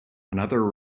another